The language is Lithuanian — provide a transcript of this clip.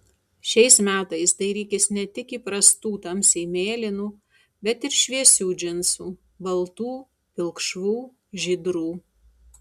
šiais metais dairykis ne tik įprastų tamsiai mėlynų bet ir šviesių džinsų baltų pilkšvų žydrų